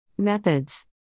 Methods